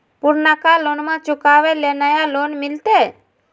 पुर्नका लोनमा चुकाबे ले नया लोन मिलते?